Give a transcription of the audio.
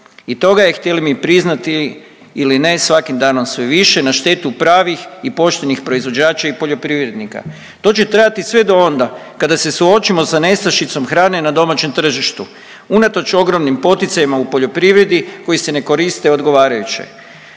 i toga je htjeli mi priznati ili ne svakim danom sve više na štetu pravih i poštenih proizvođača i poljoprivrednika. To će trajati sve do onda kada se suočimo sa nestašicom hrane na domaćem tržištu unatoč ogromnim poticajima u poljoprivredi koji se ne koriste odgovarajuće.